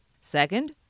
Second